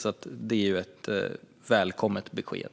Detta är ett välkommet besked.